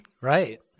Right